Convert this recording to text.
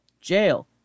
Jail